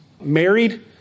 married